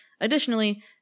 Additionally